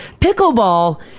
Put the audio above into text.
Pickleball